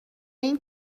این